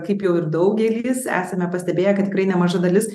kaip jau ir daugelis esame pastebėję kad tikrai nemaža dalis